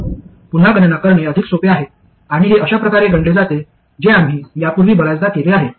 तर पुन्हा गणना करणे अधिक सोपे आहे आणि हे अशा प्रकारे गणले जाते जे आम्ही यापूर्वी बर्याचदा केले आहे